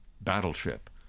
battleship